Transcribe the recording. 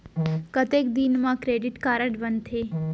कतेक दिन मा क्रेडिट कारड बनते?